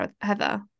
Heather